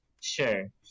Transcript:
sure